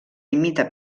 imita